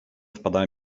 wpadają